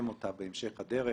בכל מקרה,